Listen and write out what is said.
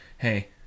Hey